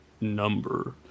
number